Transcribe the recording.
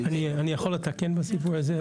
אני יכול לתקן בסיפור הזה?